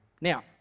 Now